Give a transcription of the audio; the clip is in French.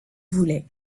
voulait